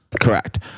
Correct